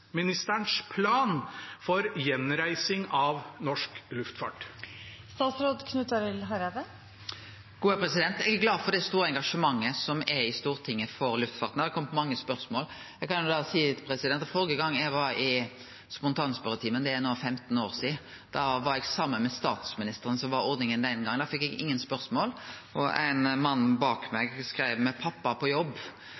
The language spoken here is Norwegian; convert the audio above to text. plan for gjenreising av norsk luftfart? Eg er glad for det store engasjementet som er i Stortinget for luftfarten – det har kome mange spørsmål. Førre gongen eg var i spontanspørjetimen, det er no 15 år sidan, var eg saman med statsministeren. Slik var ordninga den gongen. Da fekk eg ingen spørsmål. Ein mann bak